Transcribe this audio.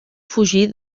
fugir